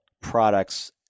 products